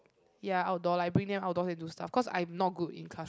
ya outdoor like bring them outdoor to do stuff cause I'm not good in class